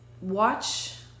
watch